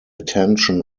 attention